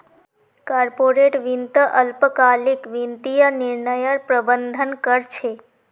corporate वित्त अल्पकालिक वित्तीय निर्णयर प्रबंधन कर छे